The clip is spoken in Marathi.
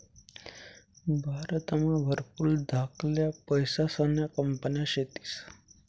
भारतमा भरपूर धाकल्या पैसासन्या कंपन्या शेतीस